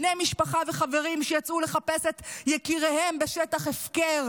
בני משפחה וחברים יצאו לחפש את יקיריהם בשטח הפקר